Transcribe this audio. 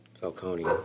Falcone